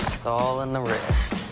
it's all in the wrist.